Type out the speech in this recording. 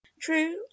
True